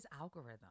algorithm